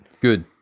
Good